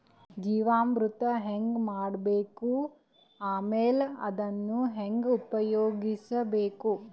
ಜೀವಾಮೃತ ಹೆಂಗ ಮಾಡಬೇಕು ಆಮೇಲೆ ಅದನ್ನ ಹೆಂಗ ಉಪಯೋಗಿಸಬೇಕು?